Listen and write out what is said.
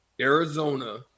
Arizona